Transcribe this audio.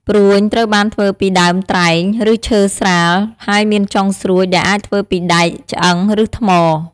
ព្រួញ ត្រូវបានធ្វើពីដើមត្រែង ឬឈើស្រាល ហើយមានចុងស្រួចដែលអាចធ្វើពីដែក ឆ្អឹង ឬថ្ម។